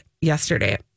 yesterday